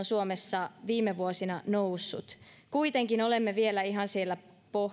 suomessa viime vuosina noussut kuitenkin olemme vielä ihan siellä